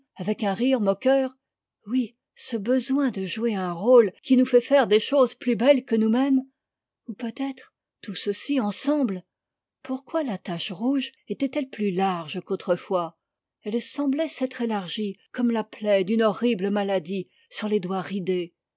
avec un rire moqueur oui ce besoin de jouer un rôle qui nous fait faire des choses plus belles que nous-mêmes ou peut-être tout ceci ensemble pourquoi la tache rouge était-elle plus large qu'au trefois elle semblait s'être élargie comme la plaie d'une horrible maladie sur les doigts ridés